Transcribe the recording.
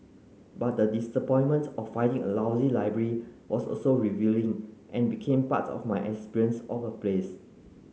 but the disappointment of finding a lousy library was also revealing and became part of my experience of a place